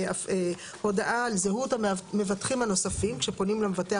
הודעה על זהות המבטחים הנוספים כשפונים למבטח,